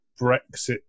Brexit